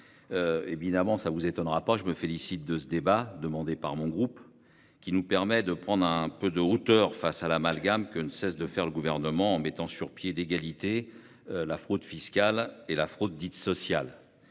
vous ne serez pas étonnés que je me félicite de ce débat demandé par mon groupe, qui nous permet de prendre un peu de hauteur face à l'amalgame que ne cesse de faire le Gouvernement, en mettant sur un pied d'égalité la fraude fiscale et la fraude dite sociale.